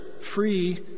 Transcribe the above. free